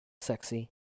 sexy